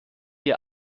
ihr